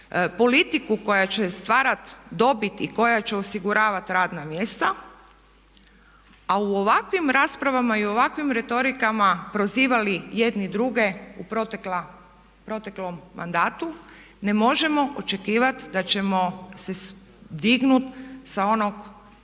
politiku koja će stvarat dobit i koja će osiguravati radna mjesta a u ovakvim raspravama i u ovakvim retorikama prozivali jedni druge u proteklom mandatu ne možemo očekivati da ćemo se dignut sa onog